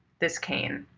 this cane.